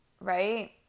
Right